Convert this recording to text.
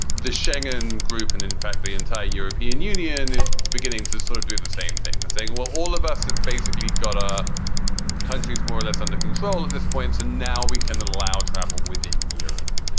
the shaggin group and in fact, the entire european union is beginning to sort of do the same thing, saying, well, all of us have basically got ah countries more or less under control at this point. and now we cannot allow travel within europe.